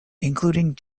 including